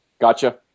Gotcha